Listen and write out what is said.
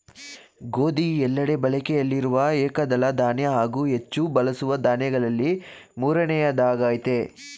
ಗೋಧಿ ಎಲ್ಲೆಡೆ ಬಳಕೆಯಲ್ಲಿರುವ ಏಕದಳ ಧಾನ್ಯ ಹಾಗೂ ಹೆಚ್ಚು ಬಳಸುವ ದಾನ್ಯಗಳಲ್ಲಿ ಮೂರನೆಯದ್ದಾಗಯ್ತೆ